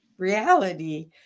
reality